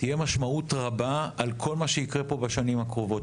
תהיה לה משמעות רבה על כל מה שיקרה פה בשנים הקרובות.